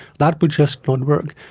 that would just not work.